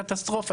קטסטרופה.